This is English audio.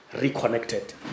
reconnected